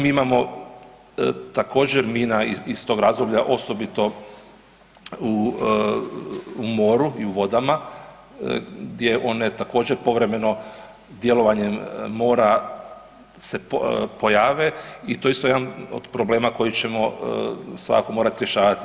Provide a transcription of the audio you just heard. Mi imamo također mina iz tog razdoblja osobito u moru i u vodama gdje one također povremeno djelovanjem mora se pojave i to je isto jedan od problema koji ćemo svakako morati rješavati.